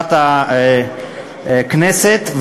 למזכירת הכנסת,